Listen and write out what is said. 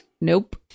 Nope